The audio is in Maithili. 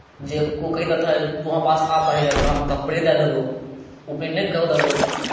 जे कियो कहि देतथि तू हमरा पास आ पढ़य लेल तोरा हम कपड़े दए देबहु उपनयने कऽ देबहु